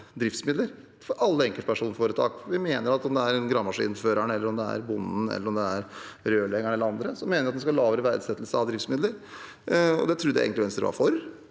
for alle enkeltpersonforetak. Om det er gravemaskinføreren, bonden, rørleggeren eller andre, mener vi at man skal ha lavere verdsettelse av driftsmidler. Det trodde jeg egentlig Venstre var for,